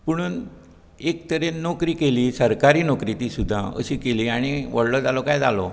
पुणून एक तरेन नोकरी केली सरकारी नोकरी ती सुद्दां अशीं केली आनी व्हडलो जालो कांय जालो